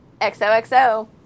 xoxo